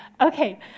Okay